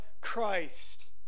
Christ